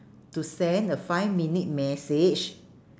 to send a five minute message